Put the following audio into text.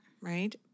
right